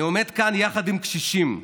אני עומד כאן יחד עם קשישים,